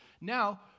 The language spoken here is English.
Now